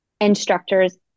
instructors